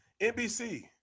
NBC